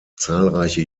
zahlreiche